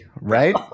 Right